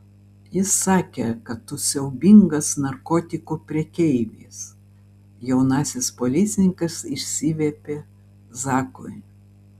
ji sakė kad tu siaubingas narkotikų prekeivis jaunasis policininkas išsiviepė zakui